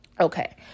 Okay